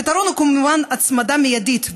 הפתרון הוא כמובן הצמדה מיידית,